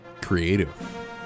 creative